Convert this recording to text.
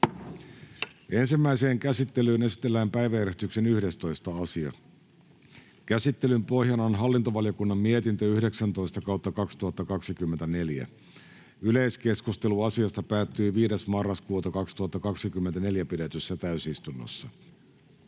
Ensimmäiseen käsittelyyn esitellään päiväjärjestyksen 11. asia. Käsittelyn pohjana on hallintovaliokunnan mietintö HaVM 19/2024 vp. Yleiskeskustelu asiasta päättyi 5.11.2024 pidetyssä täysistunnossa.